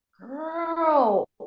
girl